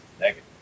negative